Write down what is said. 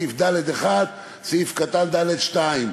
סעיף (ד)(1) וסעיף (ד2),